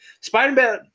Spider-Man